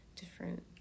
different